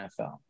NFL